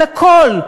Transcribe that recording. על הכול,